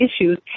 issues